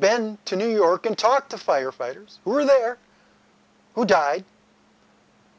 ben to new york and talk to firefighters who were there who died